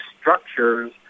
structures